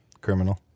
Criminal